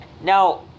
Now